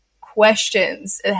questions